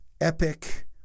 epic